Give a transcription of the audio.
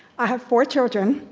i have four children,